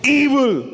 evil